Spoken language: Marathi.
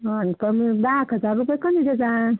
अन् कमी दहा एक हजार रुपये कमी देजा